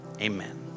amen